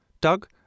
Doug